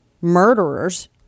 murderer's